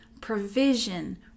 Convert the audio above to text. provision